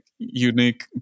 unique